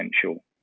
potential